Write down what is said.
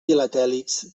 filatèlics